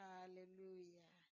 Hallelujah